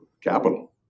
capital